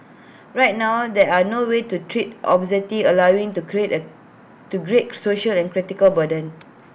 right now there are no way to treat obesity allowing IT to create A to great social and clinical burden